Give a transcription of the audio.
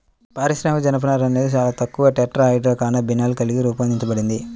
పారిశ్రామిక జనపనార అనేది చాలా తక్కువ టెట్రాహైడ్రోకాన్నబినాల్ కలిగి రూపొందించబడింది